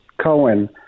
Cohen